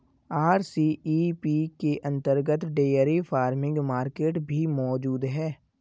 RCEP के अंतर्गत dairy farming market भी मौजूद है